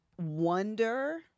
wonder